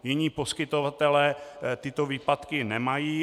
Jiní poskytovatelé tyto výpadky nemají.